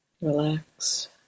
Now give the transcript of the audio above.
Relax